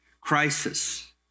crisis